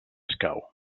escau